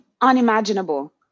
unimaginable